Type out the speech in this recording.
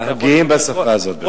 אנחנו גאים בשפה הזאת.